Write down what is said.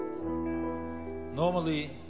Normally